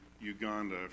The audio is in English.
Uganda